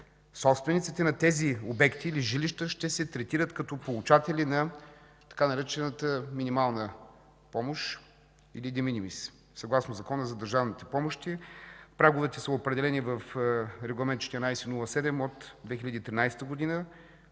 собствениците на тези обекти или жилища ще се третират като получатели на така наречената „минимална помощ” или de minimis, съгласно Закона за държавните помощи. Праговете са определени в Регламент 1407 от 2013 г.